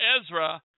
Ezra